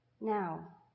now